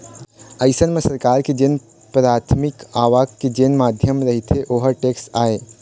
अइसन म सरकार के जेन पराथमिक आवक के जेन माध्यम रहिथे ओहा टेक्स आय